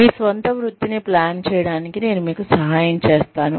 మీ స్వంత వృత్తిని ప్లాన్ చేయడానికి నేను మీకు సహాయం చేస్తాను